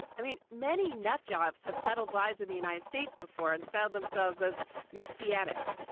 i mean, many nutjobs have peddled lies in the united states before and styled themselves as messianic.